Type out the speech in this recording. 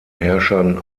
herrschern